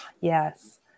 Yes